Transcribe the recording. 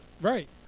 Right